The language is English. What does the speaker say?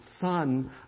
Son